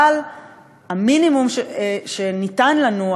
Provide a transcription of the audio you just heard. אבל המינימום שניתן לנו,